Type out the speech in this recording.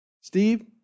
Steve